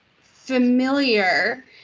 familiar